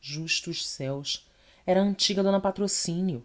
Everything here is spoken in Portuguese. justos céus era a antiga dona patrocínio